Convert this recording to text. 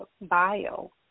bio